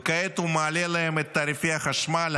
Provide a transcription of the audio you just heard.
וכעת הוא מעלה להם את תעריפי החשמל,